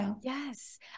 Yes